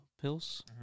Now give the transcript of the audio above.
pills